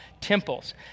temples